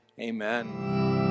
Amen